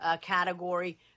category